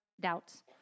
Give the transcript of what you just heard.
doubts